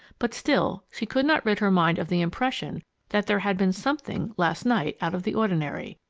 but still she could not rid her mind of the impression that there had been something last night out of the ordinary,